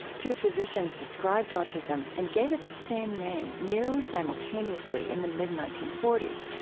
two physicians described autism and gave it the same name nearly simultaneously in the mid nineteen forty s,